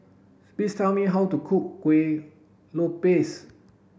please tell me how to cook Kueh lopes